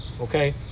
Okay